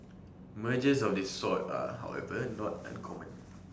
mergers of this sort are however not uncommon